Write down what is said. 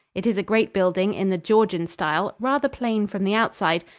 it is a great building in the georgian style, rather plain from the outside,